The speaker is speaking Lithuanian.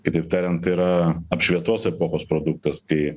kitaip tariant tai yra apšvietos epochos produktas tai